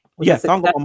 Yes